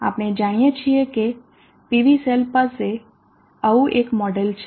આપણે જાણીએ છીએ કે PV સેલ પાસે આવું એક મોડેલ છે